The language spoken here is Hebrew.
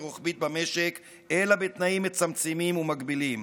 רוחבית במשק אלא בתנאים מצמצמים ומגבילים.